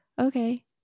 Okay